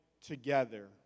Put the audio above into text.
together